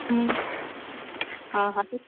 हूं हा हा